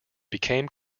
became